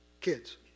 kids